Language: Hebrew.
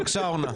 בבקשה, אורנה.